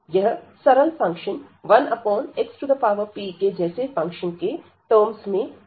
यह सरल function 1xp के जैसे फंक्शन के टर्म्स में कैसा व्यवहार करता है